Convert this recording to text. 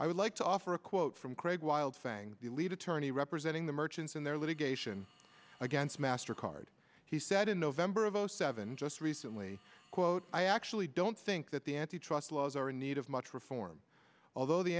i would like to offer a quote from craig wilde fang the lead attorney representing the merchants in their litigation against master card he said in november of zero seven just recently quote i actually don't think that the antitrust laws are in need of much reform although the